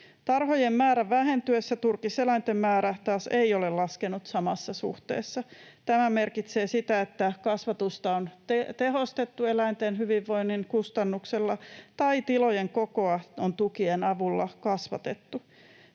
Tarhojen määrän vähentyessä turkiseläinten määrä taas ei ole laskenut samassa suhteessa. Tämä merkitä sitä, että kasvatusta on tehostettu eläinten hyvinvoinnin kustannuksella tai tilojen kokoa on tukien avulla kasvatettu.